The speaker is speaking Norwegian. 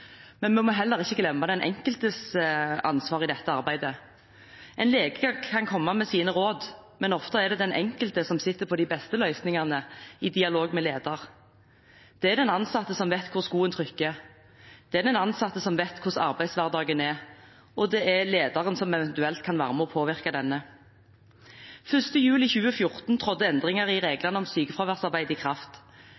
Vi må heller ikke glemme den enkeltes ansvar i dette arbeidet. En lege kan komme med sine råd, men ofte er det den enkelte som sitter på de beste løsningene, i dialog med leder. Det er den ansatte som vet hvor skoen trykker, det er den ansatte som vet hvordan arbeidshverdagen er, og det er lederen som eventuelt kan påvirke denne. 1. juli 2014 trådte endringer i